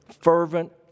fervent